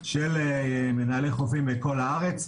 של מנהלי חופים מכל הארץ.